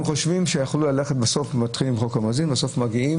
--- מתחילים עם חוק המואזין ובסוף מגיעים